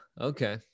Okay